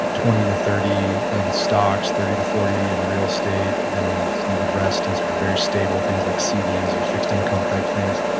twenty to thirty in stocks, thirty to forty in real estate, and then some of the rest and sort of very stable things like cds or fixed income type things,